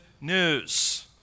news